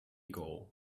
goal